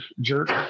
jerk